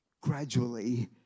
gradually